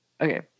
Okay